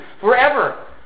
forever